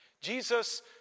Jesus